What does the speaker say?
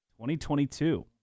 2022